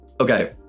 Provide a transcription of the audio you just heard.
okay